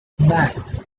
nine